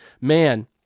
Man